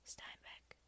Steinbeck